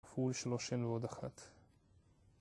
כפול שלושים ועוד אחת